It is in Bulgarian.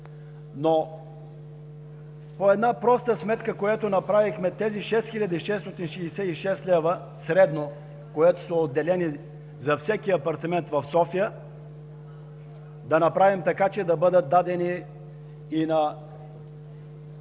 е. По една проста сметка, която направихме – тези 6666 лева средно, които са отделени за всеки апартамент в София, да направим така, че да бъдат дадени и на